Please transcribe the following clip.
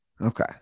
Okay